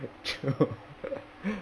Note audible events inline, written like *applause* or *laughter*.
true *laughs*